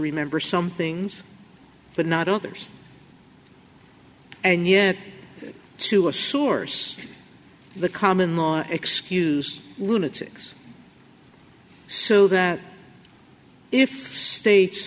remember some things but not others and yet to a source the common law excuse lunatics so that if states